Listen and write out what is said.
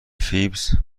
فیبز